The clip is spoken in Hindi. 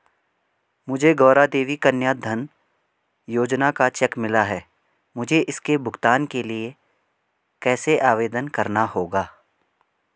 मुझे गौरा देवी कन्या धन योजना का चेक मिला है मुझे इसके भुगतान के लिए कैसे आवेदन करना होगा?